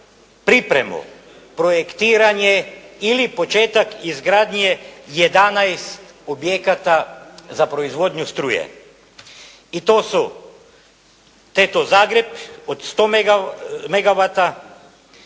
pripremu projektiranje ili početak izgradnje 11 objekata za proizvodnju struje i to su … /Ne razumije